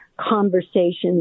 conversations